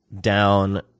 down